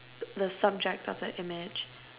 the subject of the image